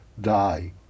die